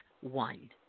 one